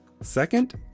Second